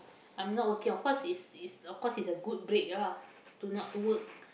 I'm not working of course is is of course it's a good break ah to not to work